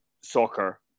soccer